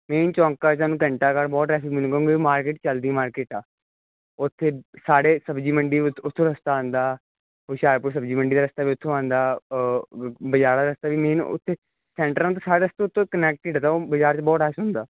main ਚੌਂਕਾਂ 'ਚ ਤੁਹਾਨੂੰ ਘੰਟਾ ਘਰ ਬਹੁਤ ਟ੍ਰੈਫਿਕ ਮਿਲੂਗਾ ਕਿਉਂਕਿ ਮਾਰਕੀਟ ਚਲਦੀ ਮਾਰਕੀਟ ਆ ਉੱਥੇ ਸਾਡੇ ਸਬਜ਼ੀ ਮੰਡੀ ਉੱਥੋਂ ਰਸਤਾ ਆਉਂਦਾ ਹੋਸ਼ਿਆਰਪੁਰ ਸਬਜ਼ੀ ਮੰਡੀ ਦਾ ਰਾਸਤਾ ਵੀ ਉਥੋਂ ਆਉਂਦਾ ਬਜਾਰ ਵਾਲਾ ਰਸਤਾ ਵੀ ਮੇਨ ਉੱਥੇ ਸੇਂਟਰ ਆ ਨਾ ਤਾਂ ਸਾਰੇ ਰਸਤੇ ਉੱਥੋਂ ਕਨੇਕਟਿਡ ਆ ਤਾਂ ਉਹ ਬਜ਼ਾਰ 'ਚ ਬਹੁਤ ਰਸ਼ ਹੁੰਦਾ